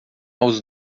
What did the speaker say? aos